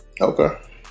okay